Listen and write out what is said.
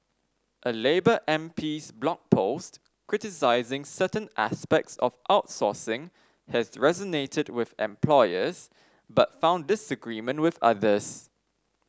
a labour MP's Blog Post criticising certain aspects of outsourcing has resonated with employers but found disagreement with others